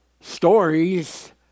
stories